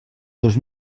dos